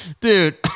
Dude